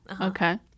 Okay